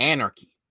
Anarchy